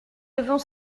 devant